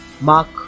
Mark